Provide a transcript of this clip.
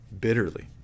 Bitterly